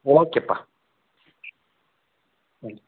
ಓಕೆಪ್ಪ ಹಾಂ